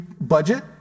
budget